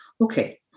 Okay